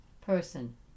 person